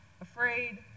afraid